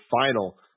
final